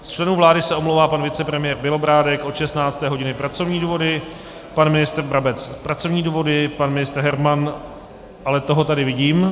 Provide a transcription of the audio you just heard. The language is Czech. Z členů vlády se omlouvá pan vicepremiér Bělobrádek od 16. hodiny, pracovní důvody, pan ministr Brabec pracovní důvody, pan ministr Herman ale toho tady vidím.